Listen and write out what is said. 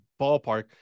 ballpark